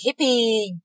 hippie